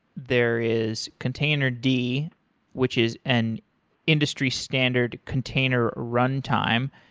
there is container d which is an industry standard container runtime,